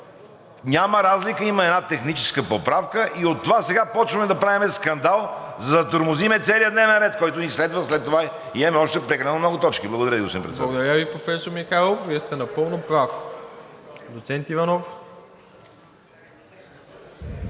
няма разлика, има една техническа поправка, и от това сега започваме да правим скандал, за да затормозим целия дневен ред, който ни следва. След това имаме още прекалено много точки. Благодаря Ви, господин Председател. ПРЕДСЕДАТЕЛ МИРОСЛАВ ИВАНОВ: Благодаря Ви, професор Михайлов. Вие сте напълно прав. Доцент Иванов.